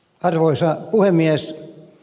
arvoisa puhemies